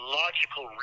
logical